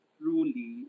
truly